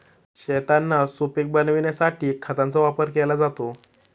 शेतांना सुपीक बनविण्यासाठी खतांचा वापर केला जातो